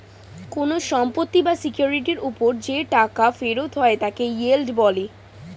কোন সম্পত্তি বা সিকিউরিটির উপর যে টাকা ফেরত হয় তাকে ইয়েল্ড বলে